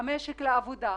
המשק לעבודה?